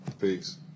Peace